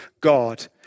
God